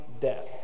death